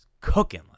cooking